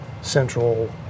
central